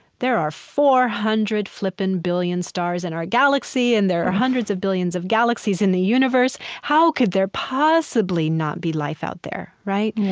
there are four hundred flippin' billion stars in our galaxy and there are hundreds of billions of galaxies in the universe how could there possibly not be life out there, right? yeah